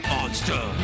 Monster